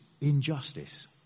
injustice